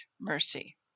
mercy